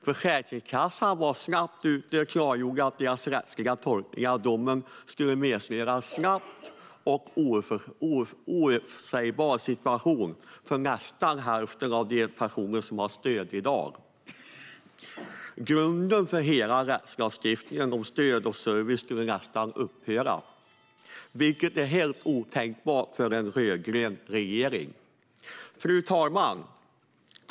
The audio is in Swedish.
Försäkringskassan var snabbt ute och klargjorde att deras rättsliga tolkning av domen skulle medföra en snabbt förändrad och oförutsägbar situation för nästan hälften av de personer som har stöd i dag. Grunden för hela rättslagstiftningen om stöd och service skulle i stort sett upphöra, vilket är helt otänkbart för en rödgrön regering. Fru talman!